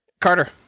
Carter